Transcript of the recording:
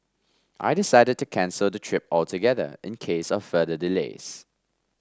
I decided to cancel the trip altogether in case of further delays